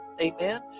amen